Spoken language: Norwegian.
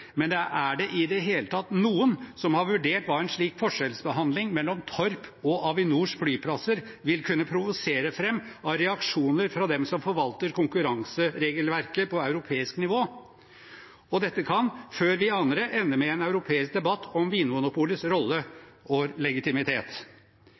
men er det i det hele tatt noen som har vurdert hva en slik forskjellsbehandling mellom Torp og Avinors flyplasser vil kunne provosere fram av reaksjoner fra dem som forvalter konkurranseregelverket på europeisk nivå? Dette kan, før vi aner det, ende med en europeisk debatt om Vinmonopolets rolle